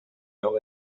meu